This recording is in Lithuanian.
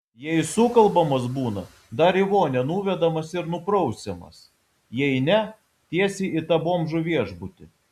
jei sukalbamas būna dar į vonią nuvedamas ir nuprausiamas jei ne tiesiai į tą bomžų viešbutį